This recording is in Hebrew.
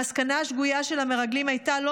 המסקנה השגויה של המרגלים הייתה: "לא